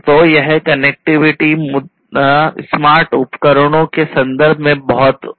तो यह कनेक्टिविटी मुद्दा स्मार्ट उपकरणों के संदर्भ में बहुत महत्वपूर्ण है